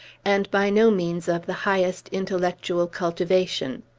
and by no means of the highest intellectual cultivation.